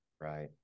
right